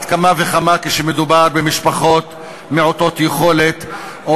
על אחת כמה וכמה כשמדובר במשפחות מעוטות יכולת או